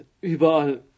Überall